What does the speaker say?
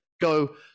go